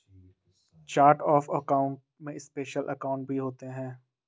chart of account में special account भी होते हैं